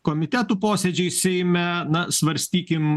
komitetų posėdžiai seime na svarstykim